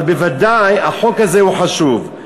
אבל בוודאי החוק הזה חשוב.